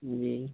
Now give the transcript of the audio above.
جی